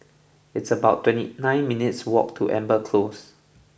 it's about twenty nine minutes' walk to Amber Close